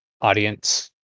audience